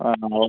ആണോ ഓ